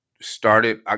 started